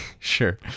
sure